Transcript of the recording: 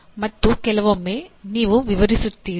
ಮತ್ತು ಕೆಲವೊಮ್ಮೆ ನೀವು ವಿವರಿಸುತ್ತೀರಿ